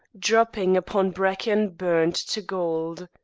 dropping upon bracken burned to gold.